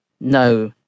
No